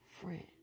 friend